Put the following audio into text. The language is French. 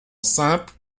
simple